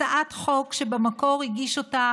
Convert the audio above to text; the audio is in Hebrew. הצעת חוק שבמקור הגיש אותה